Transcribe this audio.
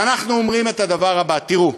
אז אנחנו אומרים את הדבר הבא: תראו,